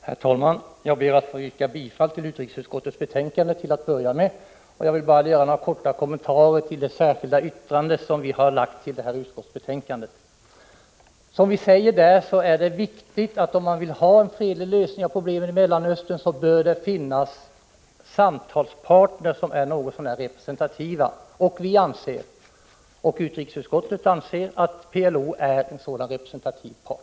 Herr talman! Jag ber till att börja med att få yrka bifall till utrikesutskottets hemställan i betänkandet. Jag vill sedan bara göra några korta kommentarer till det särskilda yttrande som jag har fogat till betänkandet. Som framhålls i yttrandet är en viktig förutsättning för att få en fredlig lösning av problemen i Mellanöstern att det finns samtalsparter som är något så när representativa. Liksom utrikesutskottet anser också vi att PLO är en sådan representativ part.